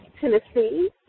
Tennessee